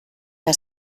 que